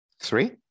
Three